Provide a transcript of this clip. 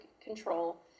control